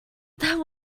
that